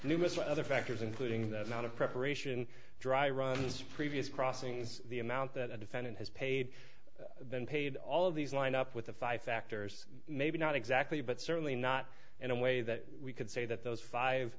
numerous other factors including the lot of preparation dry runs previous crossings the amount that a defendant has paid been paid all of these lined up with the five factors maybe not exactly but certainly not in a way that we could say that those five